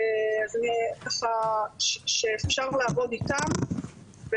אז אני ככה שחשבנו לעבוד איתם,